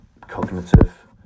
cognitive